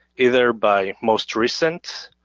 either by most recent,